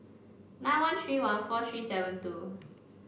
nine one three one four three seven two